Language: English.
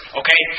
okay